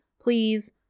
please